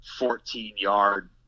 14-yard